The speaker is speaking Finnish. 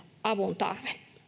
avuntarve